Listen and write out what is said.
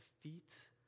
feet